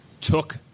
took